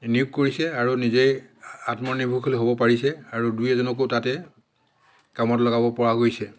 নিয়োগ কৰিছে আৰু নিজে আত্মনিৰ্ভৰশীল হ'ব পাৰিছে আৰু দুই এজনকো তাতে কামত লগাব পৰা গৈছে